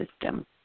system